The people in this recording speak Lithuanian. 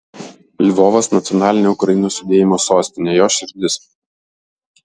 lvovas nacionalinio ukrainos judėjimo sostinė jo širdis